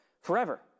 forever